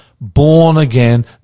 born-again